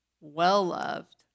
well-loved